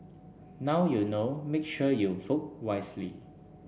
now you know make sure you vote wisely